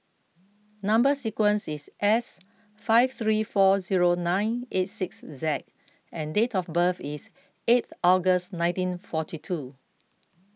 Number Sequence is S five three four zero nine eight six Z and date of birth is eighth August nineteen forty two